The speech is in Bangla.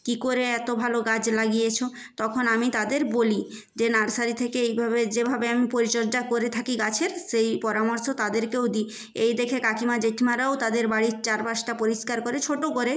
কী করে এত ভালো গাছ লাগিয়েছ তখন আমি তাদের বলি যে নার্সারি থেকে এভাবে যেভাবে আমি পরিচর্যা করে থাকি গাছের সেই পরামর্শ তাদেরকেও দিই এই দেখে কাকিমা জেঠিমারাও তাদের বাড়ির চারপাশটা পরিষ্কার করে ছোট করে